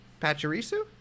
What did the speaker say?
Pachirisu